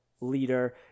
leader